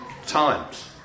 times